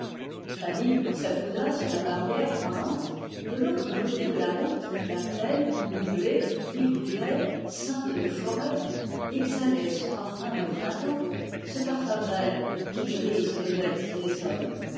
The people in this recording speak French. s'accouda sur la barrière branlante de l'autre côté de la route la plaine mi blé mi bruyère ceinte de forêts exhalait son parfum de printemps ce parfum vert qui grise les bêtes et les hommes